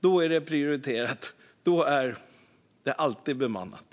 Då är det prioriterat och alltid bemannat.